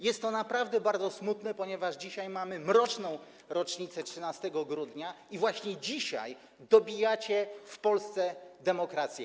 Jest to naprawdę bardzo smutne, ponieważ dzisiaj mamy mroczną rocznicę, jest 13 grudnia, i właśnie dzisiaj dobijacie w Polsce demokrację.